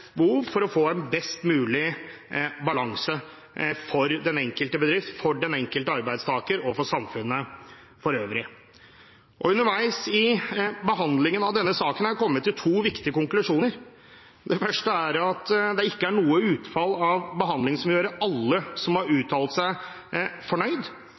behov – for å få en best mulig balanse for den enkelte bedrift, den enkelte arbeidstaker og samfunnet for øvrig. Underveis i behandlingen av denne saken har jeg kommet til to viktige konklusjoner: Det første er at det ikke er noe utfall av behandlingen som vil gjøre alle som har uttalt seg,